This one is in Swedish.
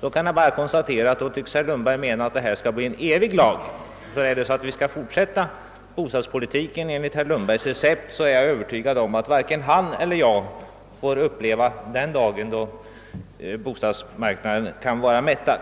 Då kan jag bara konstatera att herr Lundberg tycks mena att kontrolllagen skall bestå i evighet. Är det så att vi skall fortsätta bostadspolitiken enligt herr Lundbergs recept kommer varken han eller jag — det är jag övertygad om — att få uppleva den dag då bostadsmarknaden är mättad.